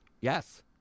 Yes